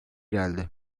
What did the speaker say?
geldi